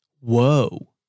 whoa